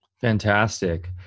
Fantastic